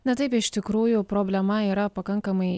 na taip iš tikrųjų problema yra pakankamai